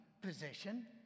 position